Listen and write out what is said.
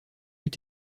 eût